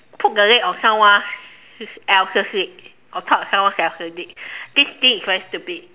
poke the leg of someone else's leg or cut someone else's leg this thing is very stupid